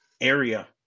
area